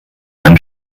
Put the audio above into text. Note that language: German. einen